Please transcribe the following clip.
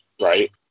right